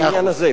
בעניין הזה,